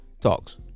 talks